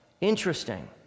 interesting